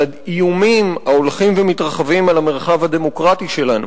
על האיומים ההולכים ומתרחבים על המרחב הדמוקרטי שלנו,